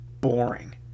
boring